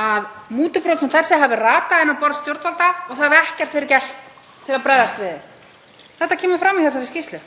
að mútubrot sem þessi hafi ratað inn á borð stjórnvalda og það hefur ekkert verið gert til að bregðast við þeim. Það kemur fram í þessari skýrslu.